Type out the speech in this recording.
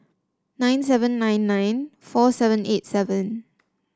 nine seven nine nine four seven eight seven